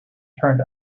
turned